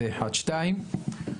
שנית,